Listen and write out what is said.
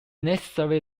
necessary